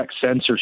censorship